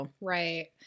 Right